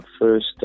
first